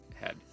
head